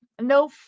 no